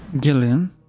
Gillian